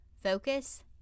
focus